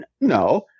no